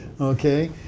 Okay